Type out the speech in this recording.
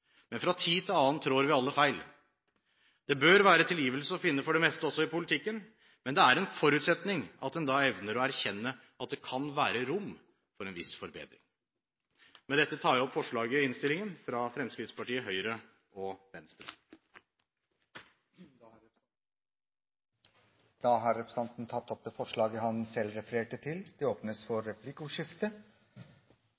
men fra tid til annen trår vi alle feil. Det bør være tilgivelse å finne for det meste, også i politikken. Men det er en forutsetning at en da evner å erkjenne at det kan være rom for en viss forbedring. Med dette tar jeg opp forslaget i innstillingen fra Fremskrittspartiet, Høyre og Venstre. Representanten Anders Anundsen har tatt opp det forslaget han refererte til. Det åpnes for